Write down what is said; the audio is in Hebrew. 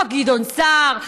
חוק גדעון סער,